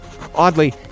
Oddly